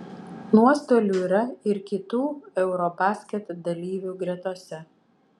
nuostolių yra ir kitų eurobasket dalyvių gretose